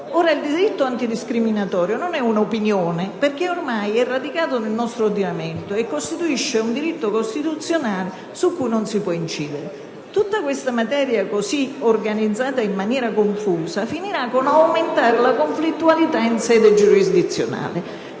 Il diritto antidiscriminatorio non è un'opinione, perché ormai è radicato nel nostro ordinamento e costituisce un diritto costituzionale su cui non si può incidere. Inoltre, tutta questa materia organizzata in maniera così confusa finirà con aumentare la conflittualità in sede giurisdizionale,